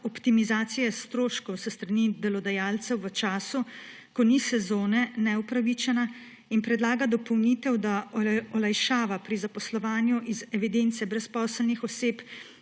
optimizacije stroškov s strani delodajalcev v času, ko ni sezone, neupravičena, in predlaga dopolnitev, da olajšava pri zaposlovanju iz evidence brezposelnih oseb